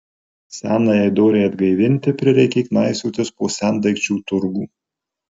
senajai dorei atgaivinti prireikė knaisiotis po sendaikčių turgų